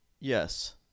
yes